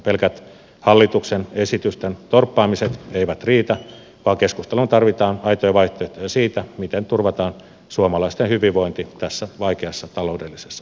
pelkät hallituksen esitysten torppaamiset eivät riitä vaan keskusteluun tarvitaan aitoja vaihtoehtoja siitä miten turvataan suomalaisten hyvinvointi tässä vaikeassa taloudellisessa tilanteessa